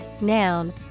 Noun